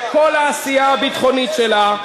קדימה, שכל העשייה הביטחונית שלה,